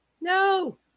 No